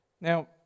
Now